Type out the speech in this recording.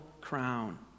crown